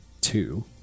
Two